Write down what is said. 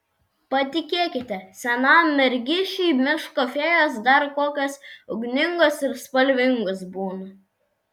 patikėkite senam mergišiui miško fėjos dar kokios ugningos ir spalvingos būna